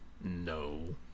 No